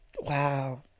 Wow